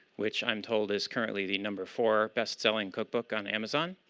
which i'm told is currently the number four bestselling cookbook on amazon.